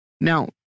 Now